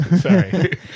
Sorry